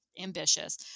ambitious